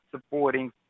supporting